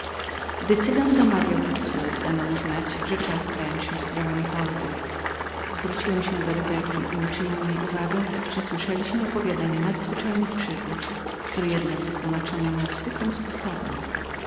gdy cygan domawiał tych słów dano mu znać że czas było zająć się sprawami hordy obróciłem się do rebeki i uczyniłem jej uwagę że słyszeliśmy opowiadanie nadzwyczajnych przygód które jednak wytłumaczono nam zwykłym sposobem